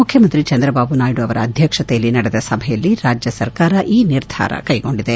ಮುಖ್ಯಮಂತ್ರಿ ಚಂದ್ರಬಾಬು ನಾಯ್ನು ಅವರ ಅಧ್ಯಕ್ಷತೆಯಲ್ಲಿ ನಡೆದ ಸಭೆಯಲ್ಲಿ ರಾಜ್ಯ ಸರ್ಕಾರ ಈ ನಿರ್ಧಾರವನ್ನು ಕ್ಸೆಗೊಂಡಿದೆ